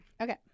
Okay